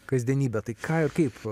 kasdienybę tai ką ir kaip